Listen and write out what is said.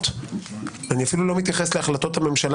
אני אפילו לא מתייחס להחלטות הממשלה